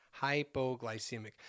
hypoglycemic